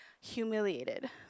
humiliated